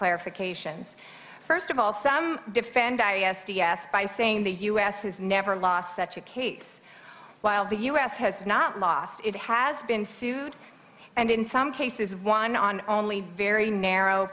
clarifications first of all some defend i s t s by saying the u s has never lost such a case while the us has not lost it has been sued and in some cases won on only very narrow